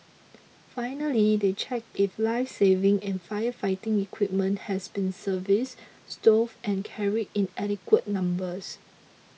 finally they check if lifesaving and firefighting equipment has been serviced stowed and carried in adequate numbers